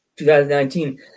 2019